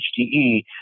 HDE